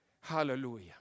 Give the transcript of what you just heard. Hallelujah